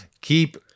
keep